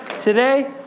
today